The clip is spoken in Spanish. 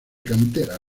cantera